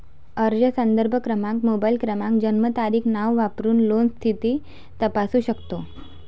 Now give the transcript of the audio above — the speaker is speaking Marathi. अर्ज संदर्भ क्रमांक, मोबाईल क्रमांक, जन्मतारीख, नाव वापरून लोन स्थिती तपासू शकतो